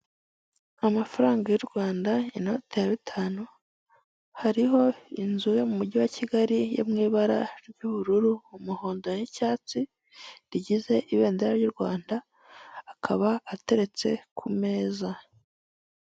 Amafaranga y'u Rwanda inote ya bitanu hariho inzu yo mu mujyi wa Kigali yo mu ibara ry'ubururu, umuhondo n'icyatsi rigize ibendera ry'u Rwanda akaba ateretse ku meza.